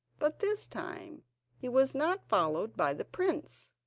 but this time he was not followed by the prince.